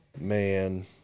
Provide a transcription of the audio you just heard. Man